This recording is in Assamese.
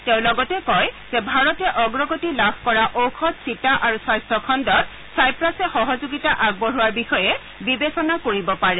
তেওঁ লগতে কয় যে ভাৰতে অগ্ৰগতি লাভ কৰা ঔষধ ছিটা আৰু স্বাস্থ্য খণ্ডত ছাইপ্ৰাছে সহযোগিতা আগবঢ়োৱাৰ বিষয়ে বিবেচনা কৰিব পাৰে